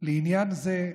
לעניין זה,